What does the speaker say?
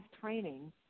training